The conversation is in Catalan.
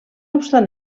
obstant